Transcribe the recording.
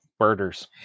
birders